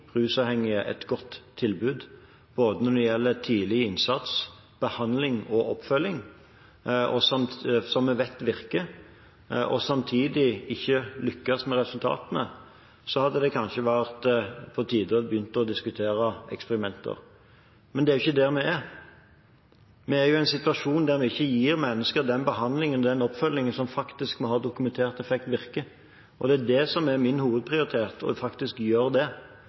rusavhengige et godt tilbud når det gjelder både tidlig innsats, behandling og oppfølging, som vi vet virker, og samtidig ikke lyktes med resultatene, hadde det kanskje vært på tide å begynne å diskutere eksperimenter. Men det er jo ikke der vi er. Vi er i en situasjon der vi ikke gir mennesker den behandlingen og den oppfølgingen som faktisk har dokumentert effekt, og som virker. Det er det som er min hovedprioritet: faktisk å gjøre det